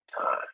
time